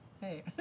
hey